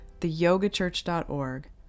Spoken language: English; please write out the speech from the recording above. theyogachurch.org